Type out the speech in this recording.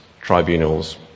tribunals